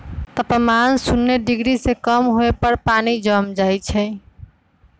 तापमान शुन्य डिग्री से कम होय पर पानी जम जाइ छइ